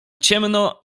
ciemno